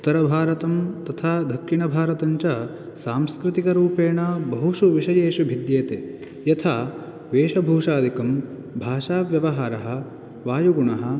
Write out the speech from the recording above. उत्तरभारतं तथा दक्षिणभारतं च सांस्कृतिकरुपेण बहुषु विशयेषु भिद्यते यथा वेषभूषादिकं भाषाव्यवहारः वायुगुणः